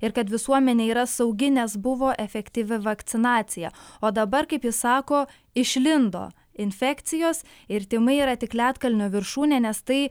ir kad visuomenė yra saugi nes buvo efektyvi vakcinacija o dabar kaip jis sako išlindo infekcijos ir tymai yra tik ledkalnio viršūnė nes tai